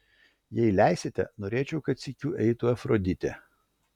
jei leisite norėčiau kad sykiu eitų afroditė